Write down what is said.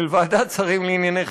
של ועדת שרים לענייני חקיקה,